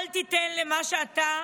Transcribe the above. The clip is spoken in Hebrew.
אל תיתן למה שאתה